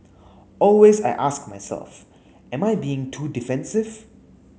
always I ask myself am I being too defensive